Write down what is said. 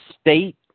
state